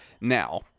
Now